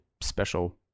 special